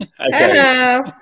Hello